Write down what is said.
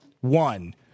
One